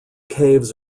caves